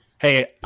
Hey